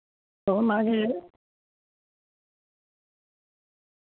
ᱛᱚ ᱚᱱᱟ ᱜᱮ